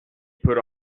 put